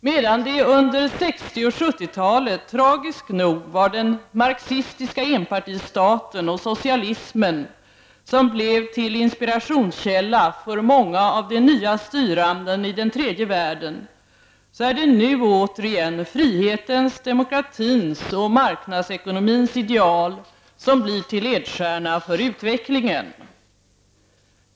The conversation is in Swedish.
Medan det under 60 och 70-talen tragiskt nog var den marxistiska enpartistaten och socialismen som blev till inspirationskälla för många av de nya styrande i den tredje världen, så är det nu återigen frihetens, demokratins och marknadsekonomins ideal som blir till ledstjärna för utvecklingen.